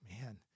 man